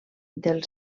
del